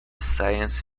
science